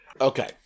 Okay